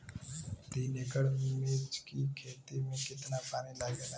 तीन एकड़ मिर्च की खेती में कितना पानी लागेला?